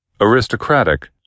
aristocratic